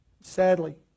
sadly